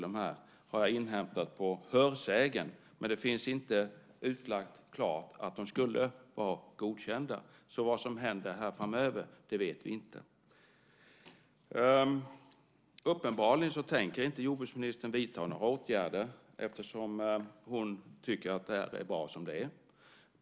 Det har jag inhämtat via hörsägen, men det är inte klart utsagt att de skulle vara godkända. Vad som händer här framöver vet vi inte. Uppenbarligen tänker inte jordbruksministern vidta några åtgärder, eftersom hon tycker att det är bra som det är.